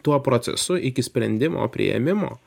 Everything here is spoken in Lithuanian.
tuo procesu iki sprendimo priėmimo